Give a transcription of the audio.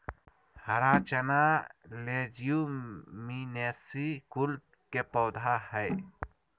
हरा चना लेज्युमिनेसी कुल के पौधा हई